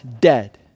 dead